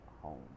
home